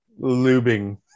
Lubing